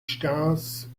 stars